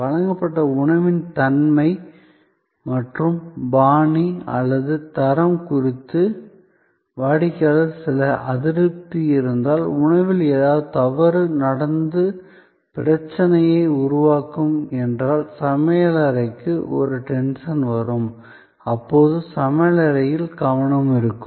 வழங்கப்பட்ட உணவின் தன்மை மற்றும் பாணி அல்லது தரம் குறித்து வாடிக்கையாளருக்கு சில அதிருப்தி இருந்தால் உணவில் ஏதாவது தவறு நடந்து பிரச்சனையை உருவாக்கும் என்றால் சமையலறைக்கு ஒரு டென்ஷன் வரும் அப்போது சமையலறையில் கவனம் இருக்கும்